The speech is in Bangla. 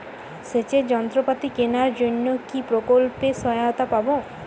সেচের যন্ত্রপাতি কেনার জন্য কি প্রকল্পে সহায়তা পাব?